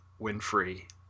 Winfrey